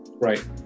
right